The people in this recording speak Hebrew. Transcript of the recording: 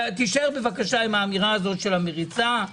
תישאר בבקשה עם האמירה הזאת של המריצה,